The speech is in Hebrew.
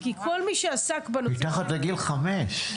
מתחת לגיל חמש.